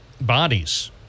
bodies